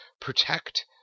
protect